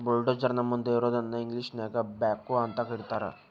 bulldozer ನ ಮುಂದ್ ಇರೋದನ್ನ ಇಂಗ್ಲೇಷನ್ಯಾಗ ಬ್ಯಾಕ್ಹೊ ಅಂತ ಕರಿತಾರ್